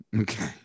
Okay